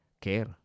care